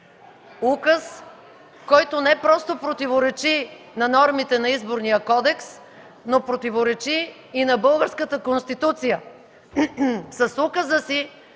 Указ, който не просто противоречи на нормите на Изборния кодекс, но противоречи и на българската Конституция.